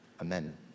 amen